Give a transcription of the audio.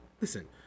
Listen